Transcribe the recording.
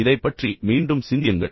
இதைப் பற்றி மீண்டும் சிந்தியுங்கள்